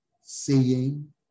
seeing